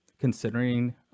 considering